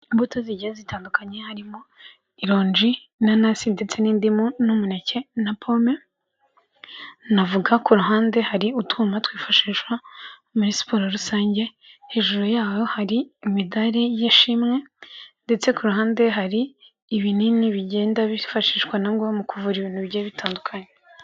Imbuto zigiye zitandukanye harimo ironji, inanasi ndetse n'indimu n'umuneke na pome, navuga ku ruhande hari utwuma twifashishwa muri siporo rusange, hejuru yaho hari imidari y'ishimwe, ndetse ku ruhande hari ibinini bigenda bifashishwa na ngo mu kuvura ibintu bigiye bitandukanye.